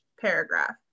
paragraph